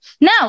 Now